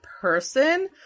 person